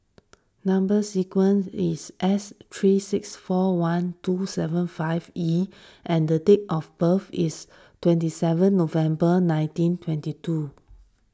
Number Sequence is S three six four one two seven five E and date of birth is twenty seven November nineteen twenty two